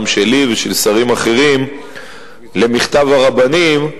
גם שלי ושל שרים אחרים למכתב הרבנים,